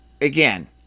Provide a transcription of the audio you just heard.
Again